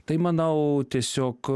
tai manau tiesiog